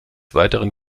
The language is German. weiteren